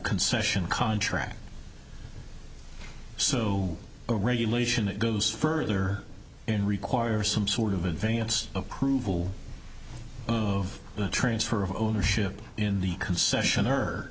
concession contract so a regulation that goes further and require some sort of advance approval of the transfer of ownership in the concession